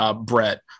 Brett